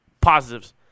positives